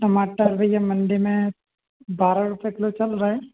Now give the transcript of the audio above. टमाटर भईया मंडी में बारह रूपए किलो चल रहा है